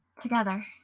Together